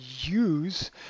use